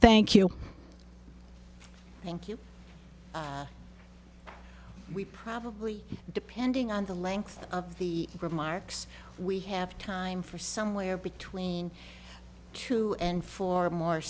thank you thank you we probably depending on the length of the remarks we have time for somewhere between two and four or